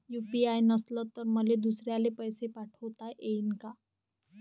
UPI नसल तर मले दुसऱ्याले पैसे पाठोता येईन का?